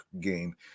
game